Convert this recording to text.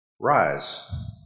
Rise